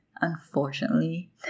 Unfortunately